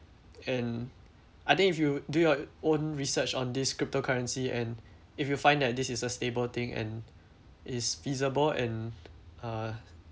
and I think if you do your own research on this cryptocurrency and if you find that this is a stable thing and is feasible and uh